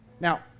Now